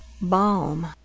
Balm